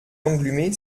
lenglumé